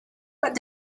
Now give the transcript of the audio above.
but